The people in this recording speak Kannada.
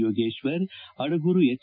ಯೋಗೇಶ್ವರ್ ಅಡಗೂರು ಎಚ್